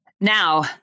Now